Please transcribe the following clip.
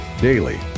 daily